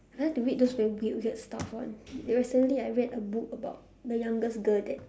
I like to read those weird weird stuff [one] recently I read a book about the youngest girl that